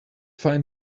find